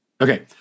Okay